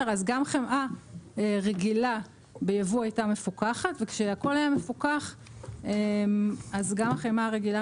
גם חמאה רגילה בייבוא הייתה מפוקחת וכשהכול היה מפוקח אז גם החמאה הרגילה